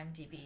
IMDb